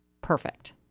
perfect